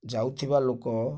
ଯାଉଥିବା ଲୋକ